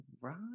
right